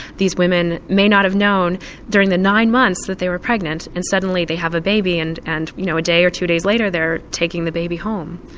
these women may not have known during the nine months that they were pregnant and suddenly they have a baby and and you know a day, or two days later they are taking the baby home.